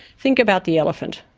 think about the elephant.